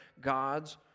God's